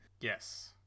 yes